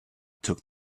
took